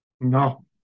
No